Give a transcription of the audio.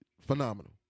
Phenomenal